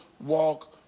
walk